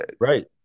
Right